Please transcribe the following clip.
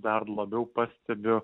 dar labiau pastebiu